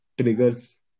triggers